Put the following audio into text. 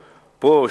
פה,